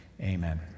Amen